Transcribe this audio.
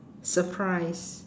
surprise